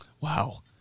Wow